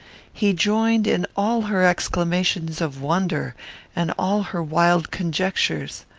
he joined in all her exclamations of wonder and all her wild conjectures.